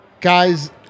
Guys